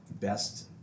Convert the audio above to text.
best